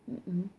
mm mm